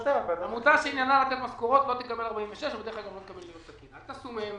עמותה שעניינה לתת משכורות לא תקבל 46. בצלאל,